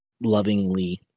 lovingly